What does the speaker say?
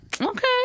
Okay